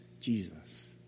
Jesus